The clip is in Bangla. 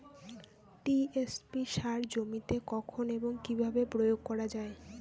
টি.এস.পি সার জমিতে কখন এবং কিভাবে প্রয়োগ করা য়ায়?